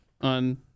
on